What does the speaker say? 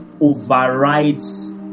overrides